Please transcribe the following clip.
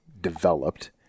developed